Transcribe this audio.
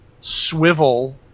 swivel